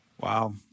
Wow